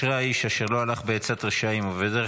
"אשרי האיש אשר לא הלך בעצת רשעים ובדרך